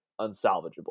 unsalvageable